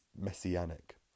messianic